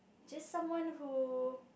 just someone who